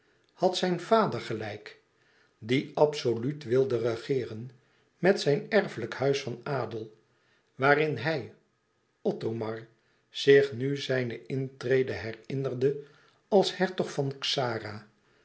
had zijn vader gelijk die absoluut wilde regeeren met zijn erfelijk huis van adel waarin hij othomar zich nu zijne intrede herinnerde als hertog van xara